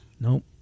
Nope